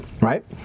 right